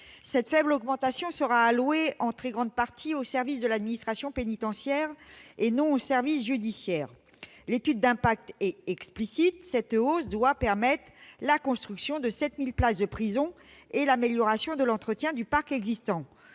cette faible augmentation sera allouée très majoritairement aux services de l'administration pénitentiaire, et non aux services judiciaires. L'étude d'impact est explicite : cette hausse doit permettre la construction de 7 000 places de prison et l'amélioration de l'entretien du parc existant.